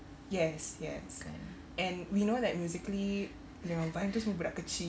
yes yes and we know that musically dengan vine tu semua budak kecil